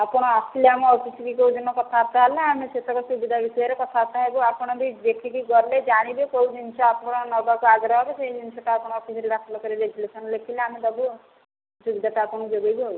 ଆପଣ ଆସିଲେ ଆମ ଅଫିସ କି କେଉଁଦିନ କଥାବାର୍ତ୍ତା ହେଲେ ଆମେ ସେସବୁ ସୁବିଧା ବିଷୟରେ କଥାବାର୍ତ୍ତା ହେବୁ ଆପଣ ବି ଦେଖିକି ଗଲେ ଜାଣିବେ କେଉଁ ଜିନିଷ ଆପଣ ନେବାକୁ ଆଗ୍ରହ କି ସେହି ଜିନିଷଟା ଆପଣ ଅଫିସରେ ଦାଖଲ କରି ରେଜୁଲ୍ୟୁସନ ଲେଖିଲେ ଆମେ ଦେବୁ ଆଉ ସୁବିଧାଟା ଆପଣଙ୍କୁ ଯୋଗେଇବୁ ଆଉ